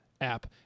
app